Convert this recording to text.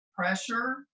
pressure